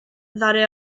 ddaru